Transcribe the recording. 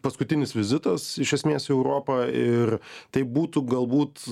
paskutinis vizitas iš esmės į europa ir taip būtų galbūt